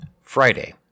Friday